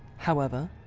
however,